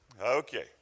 Okay